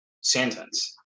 sentence